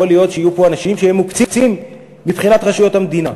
להיות שיהיו פה אנשים שהם מוקצים מבחינת רשויות המדינה.